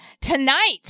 tonight